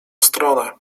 stronę